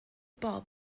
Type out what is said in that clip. bob